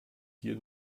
hier